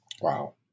Wow